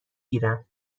گیرم